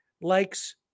Likes